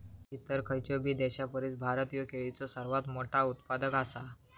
इतर खयचोबी देशापरिस भारत ह्यो केळीचो सर्वात मोठा उत्पादक आसा